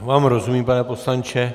Já vám rozumím, pane poslanče.